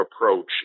approach